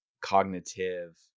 cognitive